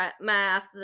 math